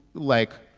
like,